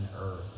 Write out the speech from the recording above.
earth